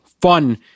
fun